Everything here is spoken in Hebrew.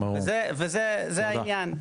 וזה העניין,